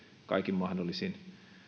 kaikin mahdollisin